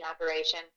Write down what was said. operation